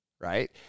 right